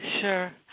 Sure